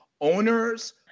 owners